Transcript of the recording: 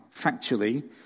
factually